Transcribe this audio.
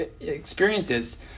experiences